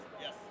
yes